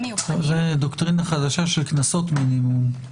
מיוחדים --- זאת דוקטרינה חדשה של קנסות מינימום,